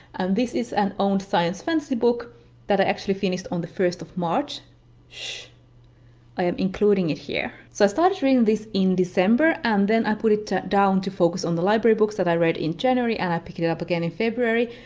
this is an owned science fantasy book that i actually finished on the first of march shhh i am including it here. so i started reading this in december and then i put it down to focus on the library books that i read in january and i picked it up again in february.